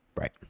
right